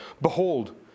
Behold